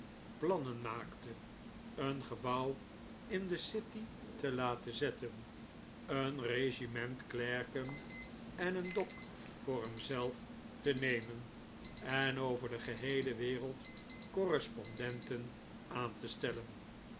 plannen maakte een gebouw in de city te laten zetten een regiment klerken en een dok voor hemzelf te nemen en over de geheele wereld correspondenten aan te stellen